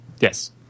Yes